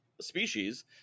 species